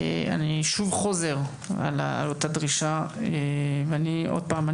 אני שוב חוזר על אותה דרישה ואני עוד פעם,